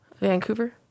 Vancouver